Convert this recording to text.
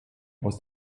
aus